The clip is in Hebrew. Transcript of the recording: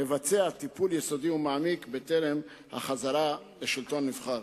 לבצע טיפול יסודי ומעמיק בטרם חזרה לשלטון נבחר.